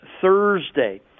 Thursday